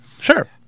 Sure